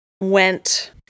went